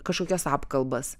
kažkokias apkalbas